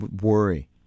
Worry